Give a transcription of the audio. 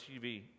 TV